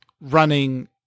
running